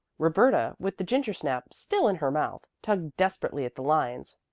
roberta, with the gingersnap still in her mouth, tugged desperately at the lines,